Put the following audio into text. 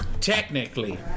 Technically